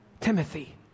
Timothy